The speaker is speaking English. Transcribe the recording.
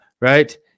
Right